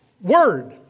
word